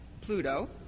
Pluto